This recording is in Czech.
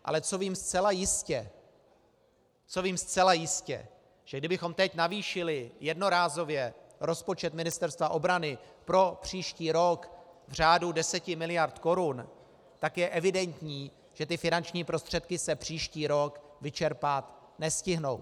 Ale co vím zcela jistě, že kdybychom teď navýšili jednorázově rozpočet Ministerstva obrany pro příští rok v řádu 10 miliard korun, tak je evidentní, že finanční prostředky se příští rok vyčerpat nestihnou.